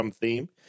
theme